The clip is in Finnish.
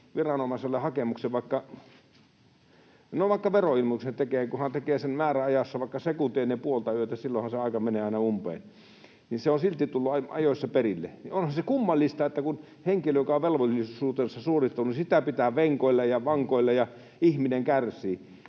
viranomaiselle hakemuksen, vaikka veroilmoituksen teemme, niin kunhan tekee sen määräajassa, vaikka sekunti ennen puoltayötä — silloinhan se aika menee aina umpeen — se on silti tullut ajoissa perille, niin onhan se kummallista, että kun henkilö on velvollisuutensa suorittanut, niin sitä pitää venkoilla ja vankoilla ja ihminen kärsii,